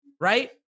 Right